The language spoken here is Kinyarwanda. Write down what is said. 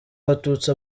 abatutsi